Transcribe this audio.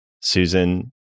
Susan